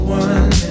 one